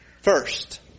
First